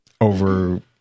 over